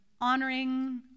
honoring